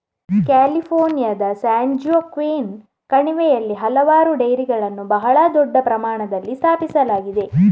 ಕ್ಯಾಲಿಫೋರ್ನಿಯಾದ ಸ್ಯಾನ್ಜೋಕ್ವಿನ್ ಕಣಿವೆಯಲ್ಲಿ ಹಲವಾರು ಡೈರಿಗಳನ್ನು ಬಹಳ ದೊಡ್ಡ ಪ್ರಮಾಣದಲ್ಲಿ ಸ್ಥಾಪಿಸಲಾಗಿದೆ